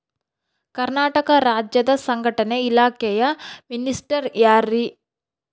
ಕರ್ನಾಟಕ ರಾಜ್ಯದ ಸಂಘಟನೆ ಇಲಾಖೆಯ ಮಿನಿಸ್ಟರ್ ಯಾರ್ರಿ?